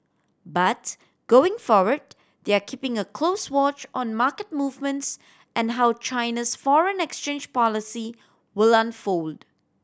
but going forward they are keeping a close watch on market movements and how China's foreign exchange policy will unfold